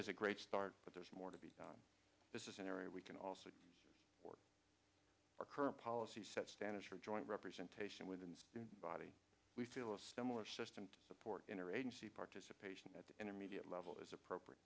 is a great start but there's more to be done this is an area we can also work our current policy set standards for joint representation within the body we feel a similar system to support inner agency participation at the intermediate level is appropriate